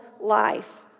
life